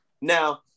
Now